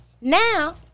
Now